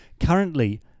Currently